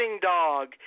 dog